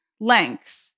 length